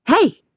Hey